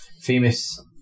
famous